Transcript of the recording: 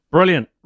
Brilliant